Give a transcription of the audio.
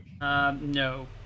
No